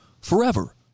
forever